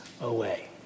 away